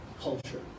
culture